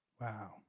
Wow